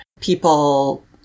people